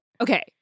Okay